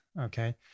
okay